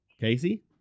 Casey